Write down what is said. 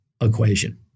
equation